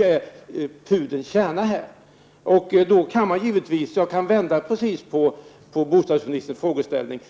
är ju pudelns kärna. Jag kan vända på bostadsministerns påstående.